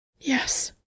Yes